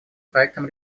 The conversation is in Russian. проектам